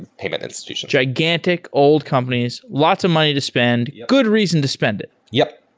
payment institutions. gigantic, old companies. lots of money to spend. good reason to spend it yup,